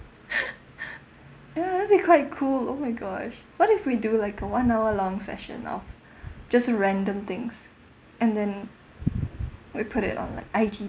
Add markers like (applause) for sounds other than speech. (breath) ya it'll be quite cool oh my gosh what if we do like a one hour long session of just random things and then we put it on like I_G